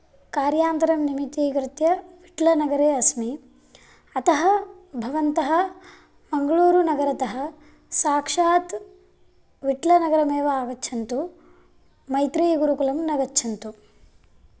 कार्यान्तरं निमित्तीकृत्य विठ्ठ्लनगरे अस्मि अतः भवन्तः मङ्गलूरुनगरतः साक्षात् विठ्ठ्लनगरमेव आगच्छन्तु मैत्रेयीगुरुकुलं न गच्छन्तु